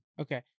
Okay